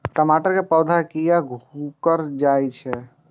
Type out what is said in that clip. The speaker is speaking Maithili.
टमाटर के पौधा किया घुकर जायछे?